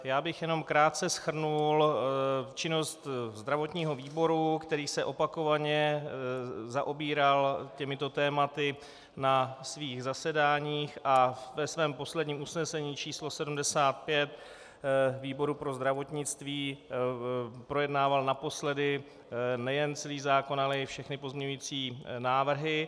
Já bych jenom krátce shrnul činnost zdravotního výboru, který se opakovaně zaobíral těmito tématy na svých zasedáních a ve svém posledním usnesení č. 75 výboru pro zdravotnictví projednával naposledy nejen celý zákon, ale i všechny pozměňující návrhy.